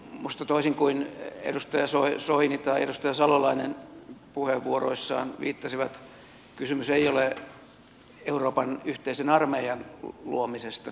minusta toisin kuin edustaja soini tai edustaja salolainen puheenvuoroissaan viittasivat kysymys ei ole euroopan yhteisen armeijan luomisesta